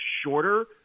shorter